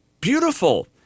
Beautiful